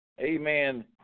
Amen